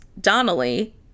Donnelly